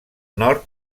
nord